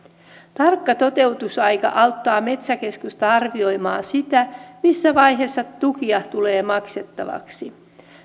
tarkka toteutusaika auttaa metsäkeskusta arvioimaan sitä missä vaiheessa tukia tulee maksettavaksi